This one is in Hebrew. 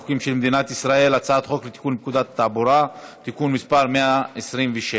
חוק לתיקון פקודת התעבורה (תיקון מס' 126),